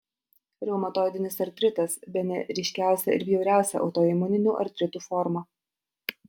reumatoidinis artritas bene ryškiausia ir bjauriausia autoimuninių artritų forma